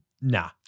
nah